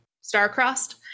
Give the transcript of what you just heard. Star-crossed